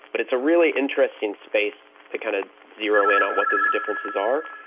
but it's a really interesting space to kind of zero in on what those differences are.